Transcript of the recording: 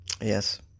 Yes